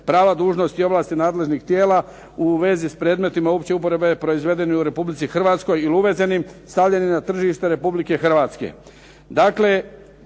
prava dužnosti i ovlasti nadležnih tijela u vezi s predmeta opće uporabe proizvedeni u Republici Hrvatskoj ili uvezenim stavljenim na tržište Republike Hrvatske.